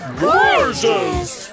gorgeous